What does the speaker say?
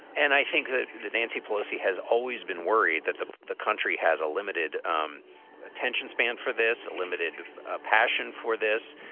and i think that nancy pelosi has always been worried that the the country has a limited um attention span for this, limited passion for this,